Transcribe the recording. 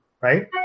Right